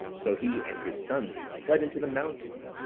so he and his sons fled into the mountains,